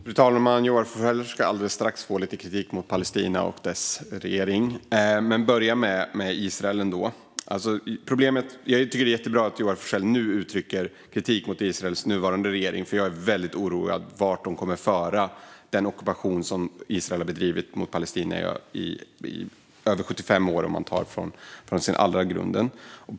Fru talman! Joar Forssell ska alldeles strax få lite kritik mot Palestina och dess regering, men jag börjar ändå med Israel. Jag tycker att det är jättebra att Joar Forssell nu uttrycker kritik mot Israels nuvarande regering. Jag är väldigt oroad över vart Israel kommer att föra den ockupation som de har bedrivit mot Palestina i över 75 år, om man räknar från den allra första grunden.